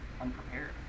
unprepared